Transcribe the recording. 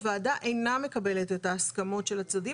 הוועדה אינה מקבלת את ההסכמות של הצדדים